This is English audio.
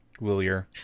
Willier